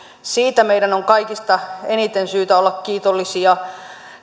meidän on kaikista eniten syytä olla kiitollisia